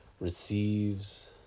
receives